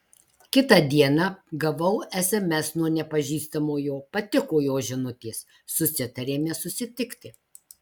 kitą dieną gavau sms nuo nepažįstamojo patiko jo žinutės susitarėme susitikti